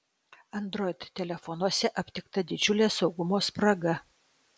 android telefonuose aptikta didžiulė saugumo spraga